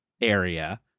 area